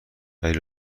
ولی